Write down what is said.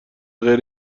غیر